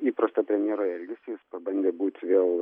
įprastą premjero elgesį jis pabandė būt vėl